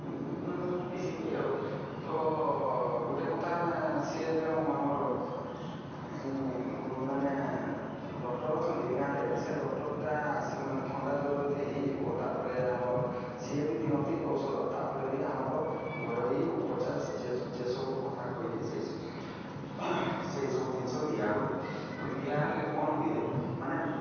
ମାନେ ପିସିକି ଆଉ ତ ଗୋଟେ କଥା ସେ ଯେଉଁ ଆମର ମାନେ ଡକ୍ଟର୍ ଅଛନ୍ତି ଗାଁରେ ସେ ଡକ୍ଟର୍ଟା ମାନେ ଥଣ୍ଡା ଜ୍ୱର ଯଦି ହୋଇଯିବ ତା'ପରେ ଆମର ସେ ବି ଦିଅନ୍ତି ଔଷଧ ତା'ପରେ ବି ଆମର ଘରୋଇ ଉପଚାର ଯେସବୁ କଥା କହିଲି ସେହିସବୁ ଜିନିଷ ଦିଆହୁଏ ତ ଦିଆହେଲେ କ'ଣ ହୁଏ ମାନେ